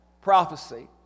prophecy